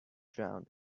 drowned